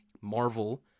Marvel